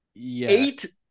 eight